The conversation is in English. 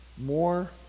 more